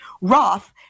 Roth